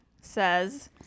says